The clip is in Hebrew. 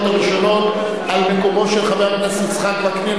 הראשונות ממקומו של חבר הכנסת יצחק וקנין,